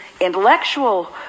intellectual